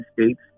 States